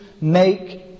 make